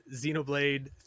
Xenoblade